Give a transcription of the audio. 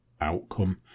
outcome